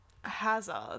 Hazard